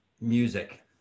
music